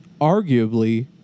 arguably